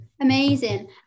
amazing